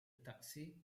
taxi